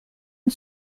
une